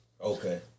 Okay